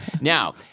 Now—